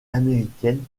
américaine